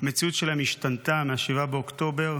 שהמציאות שלהן השתנתה מ-7 באוקטובר,